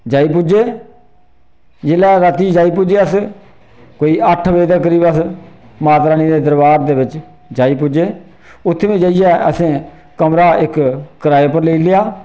जाई पुज्जे जेल्लै राती जाई पुज्जे अस कोई अट्ठ बजे दे करीब अस माता रानी दे दरबार दे बिच्च जाई पुज्जे उत्थे जाइयै असें कमरा इक कराए उप्पर लेई लेआ